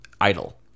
idle